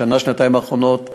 בשנה-שנתיים האחרונות,